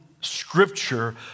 scripture